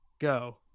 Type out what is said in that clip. go